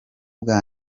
bwa